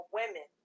women